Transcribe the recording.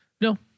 No